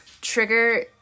trigger